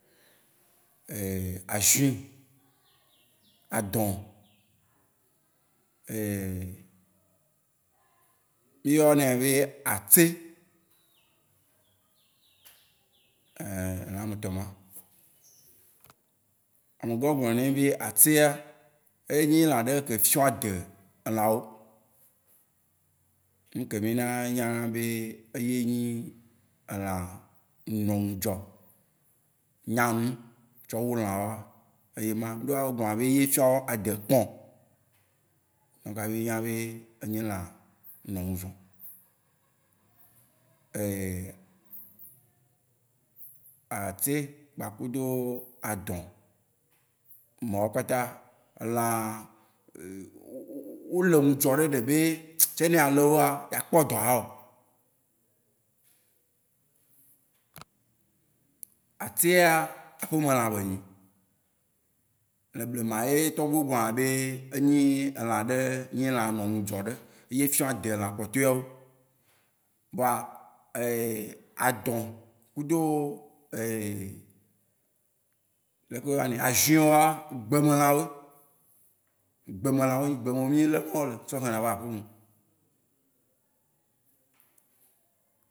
Azui, adɔn mi yɔ nae be atse. ame etɔ ma. Ame gã wógblɔ na ne mí be atsea, enyi lã aɖe ke fiɔ ade elã wó. Nuke mi nya enya be eye nyi elã nɔ nudzɔ, nyanu tsɔ wú lã wóa, eye ma. Ɖoa wó gblɔna be eye fiɔ ade kpɔ. Donka mi nya be enyi lã nɔ nudzɔ. atse kpa kudo adɔn mawó kpata elã wó le nudzɔ ɖode be tsafi ne ale wóa, akpɔ dɔ awɔ. Atse ya aƒe me lã be nyi. Le blema ye tɔgbe wó gblɔ na be enyi elã ɖe, enyi lã nɔ nudzɔ ɖe eye fiɔ ade elã kpɔ tɔe wó. Vɔa, adɔn kudo ɖeke wó yɔa ne, azui wóa, gbe me lã woe. Gbe me lã woe, gbe me mí le na wó le tsɔ gbɔna va na aƒe me.